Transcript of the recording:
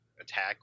attack